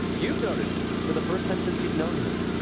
you've noticed for the first time since you've known him,